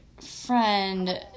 friend